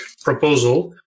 proposal